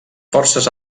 forces